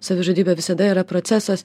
savižudybė visada yra procesas